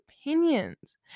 opinions